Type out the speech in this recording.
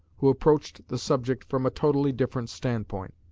who approached the subject from a totally different standpoint.